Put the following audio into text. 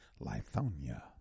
Lithonia